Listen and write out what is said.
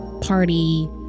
party